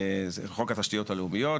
חוק התשתיות הלאומיות,